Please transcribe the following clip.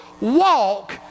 walk